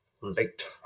late